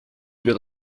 wird